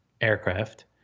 aircraft